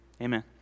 amen